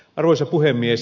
arvoisa puhemies